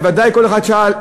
ובוודאי כל אחד שאל,